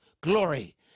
glory